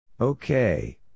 Okay